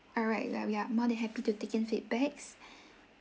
alright we ar~ we are more than happy to taken feedbacks